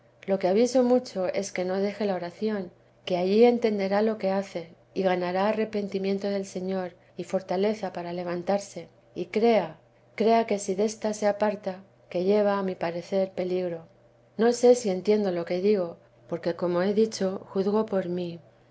lo que aviso mucho es que no deje la oración que allí entenderá lo que hace y ganará arrepentimiento del señor y fortaleza para levantarse y crea crea que si desta se aparta que lleva a mi parecer peligro no sé si entiendo lo que digo porque como he dicho juzgo por mí